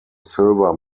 silver